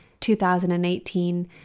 2018